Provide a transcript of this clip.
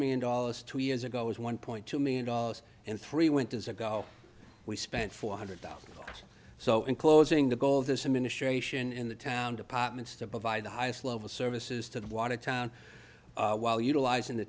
million dollars two years ago was one point two million dollars and three winters ago we spent four hundred dollars so in closing the goal of this administration in the town departments to provide the highest level services to the watertown while utilizing the